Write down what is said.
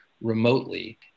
remotely